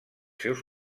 seus